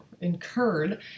incurred